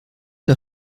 der